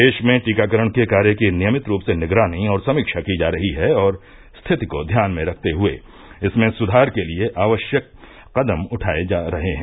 देश में टीकाकरण के कार्य की नियमित रूप से निगरानी और समीक्षा की जा रही है और स्थिति को ध्यान में रखते हुए इसमें सुधार के लिए आवश्यक कदम उठाए जा रहे हैं